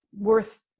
worth